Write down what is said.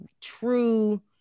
true